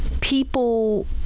People